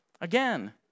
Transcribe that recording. Again